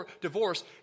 divorce